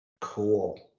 Cool